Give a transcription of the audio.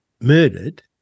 murdered